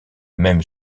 même